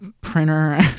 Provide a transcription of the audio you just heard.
printer